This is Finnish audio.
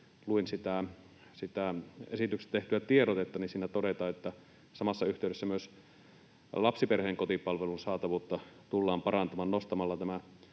luin sitä esityksestä tehtyä tiedotetta, niin siinä todetaan, että samassa yhteydessä myös lapsiperheiden kotipalvelun saatavuutta tullaan parantamaan nostamalla tämä